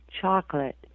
chocolate